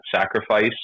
sacrifice